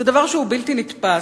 זה דבר שהוא בלתי נתפס.